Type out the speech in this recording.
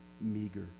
meager